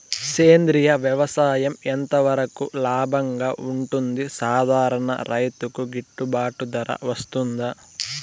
సేంద్రియ వ్యవసాయం ఎంత వరకు లాభంగా ఉంటుంది, సాధారణ రైతుకు గిట్టుబాటు ధర వస్తుందా?